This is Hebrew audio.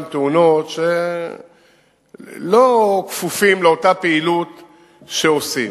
תאונות שלא כפופים לאותה פעילות שעושים,